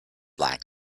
like